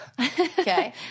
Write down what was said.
okay